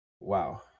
Wow